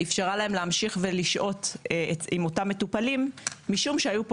היא אפשרה להם להמשיך ולשהות עם אותם מטופלים משום שהיו כאן